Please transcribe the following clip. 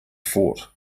fort